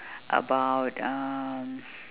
about um